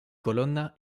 colonna